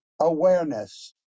awareness